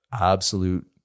absolute